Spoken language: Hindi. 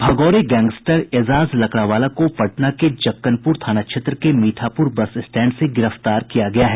भगोड़े गैंगस्टर एजाज लकड़ावाला को पटना के जक्कनपुर थाना क्षेत्र के मीठापुर बस स्टैंड से गिरफ्तार किया गया है